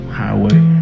highway